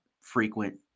frequent